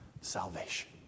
salvation